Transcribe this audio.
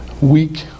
weak